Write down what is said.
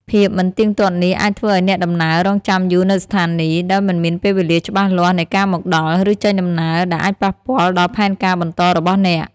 ភាពមិនទៀងទាត់នេះអាចធ្វើឱ្យអ្នកដំណើរ រង់ចាំយូរនៅស្ថានីយ៍ ដោយមិនមានពេលវេលាច្បាស់លាស់នៃការមកដល់ ឬចេញដំណើរ ដែលអាចប៉ះពាល់ដល់ផែនការបន្តរបស់អ្នក។